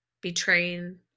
betraying